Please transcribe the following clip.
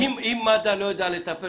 נציג מד"א רצה שיתקשרו